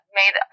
made